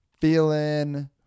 Feeling